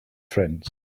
friends